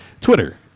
Twitter